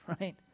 right